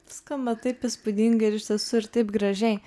skamba taip įspūdingai ir iš tiesų ir taip gražiai